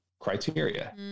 Criteria